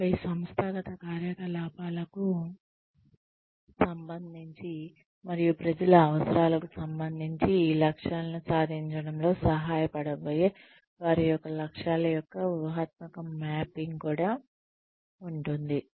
ఆపై సంస్థాగత కార్యకలాపాలకు సంబంధించి మరియు ప్రజల అవసరాలకు సంబంధించి ఈ లక్ష్యాలను సాధించడంలో సహాయపడబోయే వారి యొక్క లక్ష్యాల యొక్క వ్యూహాత్మక మ్యాపింగ్ ఉంది